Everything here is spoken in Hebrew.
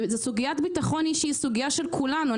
סוגיית הביטחון האישי היא סוגיה של כולנו.